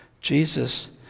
Jesus